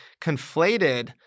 conflated